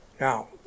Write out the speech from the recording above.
Now